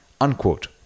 Unquote